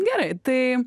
gerai tai